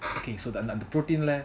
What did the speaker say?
okay அந்த அந்த:antha antha the protein leh